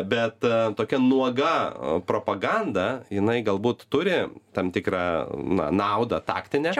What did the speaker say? bet tokia nuoga propaganda jinai galbūt turi tam tikrą na naudą taktinę